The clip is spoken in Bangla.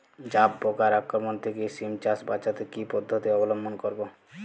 জাব পোকার আক্রমণ থেকে সিম চাষ বাচাতে কি পদ্ধতি অবলম্বন করব?